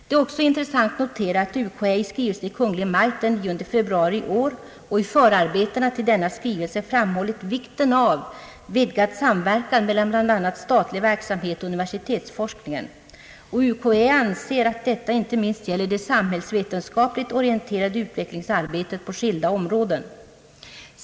Det är också intressant att notera att universitetskanslersämbetet i skrivelse till Kungl. Maj:t den 9 februari i år och i förarbetena till denna skrivelse framhållit vikten av vidgad samverkan mellan bl.a. statlig verksamhet och universitetsforskningen. Universitetskanslersämbetet anser att detta inte minst gäller det samhällsvetenskapligt orienterade utvecklingsarbetet på skilda områden.